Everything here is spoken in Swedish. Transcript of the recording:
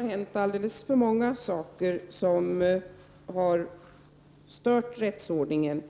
hänt alldeles för många saker som har stört rättsordningen.